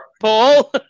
Paul